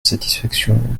satisfaction